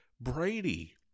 Brady